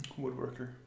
Woodworker